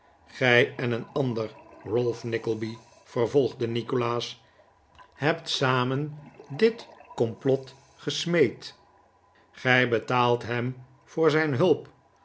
gij en een ander ralph nickleby vervolgde nikolaas hebt samen dit complot gesmeed gij betaalt hem voor zijn hulp